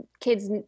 kids